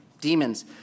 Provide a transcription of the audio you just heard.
Demons